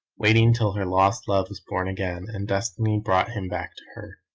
waiting till her lost love was born again, and destiny brought him back to her.